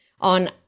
on